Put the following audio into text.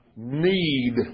need